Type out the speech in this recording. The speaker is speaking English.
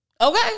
Okay